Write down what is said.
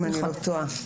אם אני לא טועה.